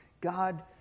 God